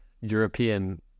European